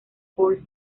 force